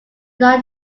dawn